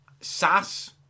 Sass